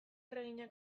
erregina